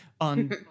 on